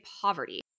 poverty